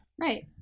right